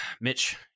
Mitch